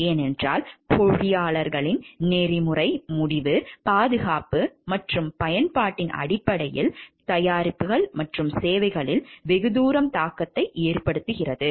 ஏனென்றால் பொறியாளர்களின் நெறிமுறை முடிவு பாதுகாப்பு மற்றும் பயன்பாட்டின் அடிப்படையில் தயாரிப்புகள் மற்றும் சேவைகளில் வெகுதூரம் தாக்கத்தை ஏற்படுத்துகிறது